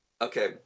Okay